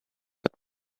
but